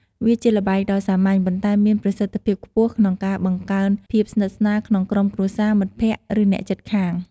វាជាល្បែងដ៏សាមញ្ញ ប៉ុន្តែមានប្រសិទ្ធភាពខ្ពស់ក្នុងការ បង្កើនភាពស្និទ្ធស្នាល ក្នុងក្រុមគ្រួសារ មិត្តភក្តិ ឬអ្នកជិតខាង។